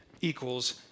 equals